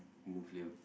nuclear